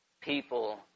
people